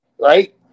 Right